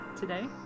Today